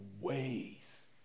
ways